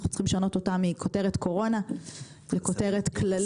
אנחנו צריכים לשנות אותה מכותרת קורונה לכותרת כללית.